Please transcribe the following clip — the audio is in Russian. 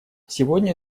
сегодня